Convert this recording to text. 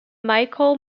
michael